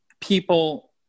people